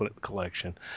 collection